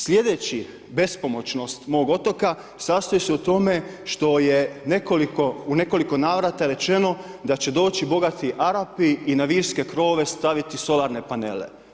Slijedeća bespomoćnost mog otoka sastoji se u tome što je u nekoliko navrata rečeno da će doći bogati Arapi i na virske krovove staviti solarne panele.